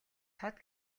тод